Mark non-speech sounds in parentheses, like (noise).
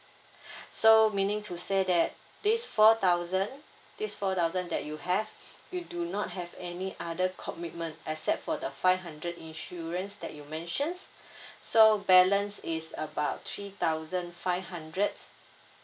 (breath) so meaning to say that this four thousand this four thousand that you have you do not have any other commitment except for the five hundred insurance that you mentioned so balance is about three thousand five hundred